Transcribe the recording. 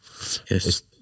yes